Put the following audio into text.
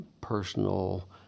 personal